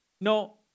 no